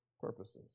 purposes